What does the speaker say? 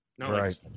Right